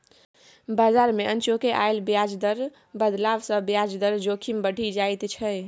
बजार मे अनचोके आयल ब्याज दर बदलाव सँ ब्याज दर जोखिम बढ़ि जाइत छै